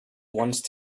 once